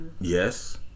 Yes